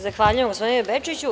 Zahvaljujem gospodine Bečiću.